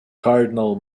cardinal